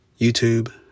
YouTube